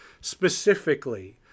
specifically